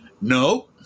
No